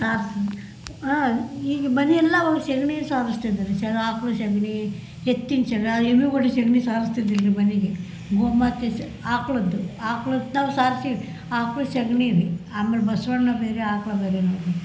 ಸಾರಿಸಿ ಈಗ ಮನೆಯೆಲ್ಲ ಆವಾಗ ಸಗ್ಣಿಯಲ್ಲಿ ಸಾರಿಸ್ತಿದ್ರಿ ಜನ ಆಕ್ಳು ಸಗ್ಣಿ ಎತ್ತಿನ ಸಗ ಎಮ್ಮಿಗಳು ಸಗ್ಣಿ ಸಾರಸ್ತಿದ್ದಿಲ್ಲರಿ ಮನೆಗೆ ಗೋಮಾತೆ ಸ ಆಕಳದ್ದು ಆಕ್ಳದ್ದು ನಾವು ಸಾರಿಸಿ ಆಕ್ಳು ಸಗ್ಣಿ ರೀ ಆಮೇಲೆ ಬಸವಣ್ಣ ಬೇರೆ ಆಕ್ಳು ಬೇರೆ ನೋಡಿರಿ